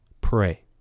Pray